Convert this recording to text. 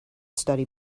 study